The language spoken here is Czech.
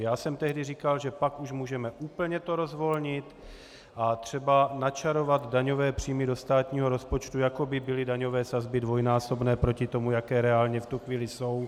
Já jsem tehdy říkal, že pak už můžeme úplně to rozvolnit a třeba načarovat daňové příjmy do státního rozpočtu, jako by byly daňové sazby dvojnásobné proti tomu, jaké v tu chvíli reálně jsou.